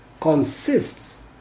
consists